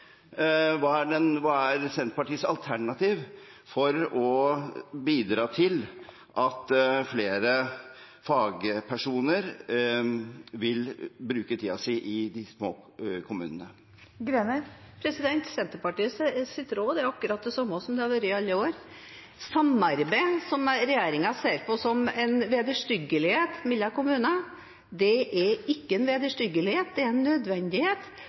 Hva er Senterpartiets alternativ for å bidra til at flere fagpersoner vil bruke tiden sin i de små kommunene? Senterpartiets råd er akkurat det samme som det har vært i alle år – samarbeid mellom kommuner, som regjeringen ser på som en vederstyggelighet, er ikke en vederstyggelighet. Det er en nødvendighet,